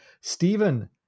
Stephen